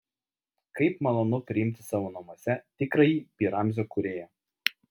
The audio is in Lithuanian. kaip malonu priimti savo namuose tikrąjį pi ramzio kūrėją